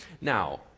Now